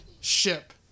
ship